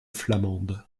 flamande